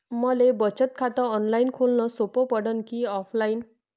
मले बचत खात ऑनलाईन खोलन सोपं पडन की ऑफलाईन?